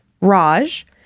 Raj